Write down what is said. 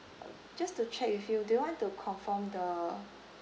just to check with you do you want to confirm the